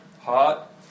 hot